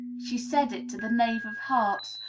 she said it to the knave of hearts,